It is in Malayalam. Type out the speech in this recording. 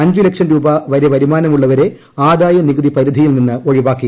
അഞ്ച് ലക്ഷം രൂപവരെ വരുമാനമുള്ളവരെ ആദായ നികുതി പരിധിയിൽ നിന്ന് ഒഴിവാക്കി